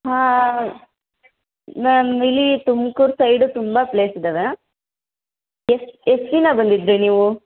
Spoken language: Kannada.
ಹಾಂ ಮ್ಯಾಮ್ ಇಲ್ಲಿ ತುಮ್ಕೂರು ಸೈಡು ತುಂಬ ಪ್ಲೇಸ್ ಇದ್ದಾವೆ ಎಷ್ಟು ಎಷ್ಟು ದಿನ ಬಂದಿದ್ದು ನೀವು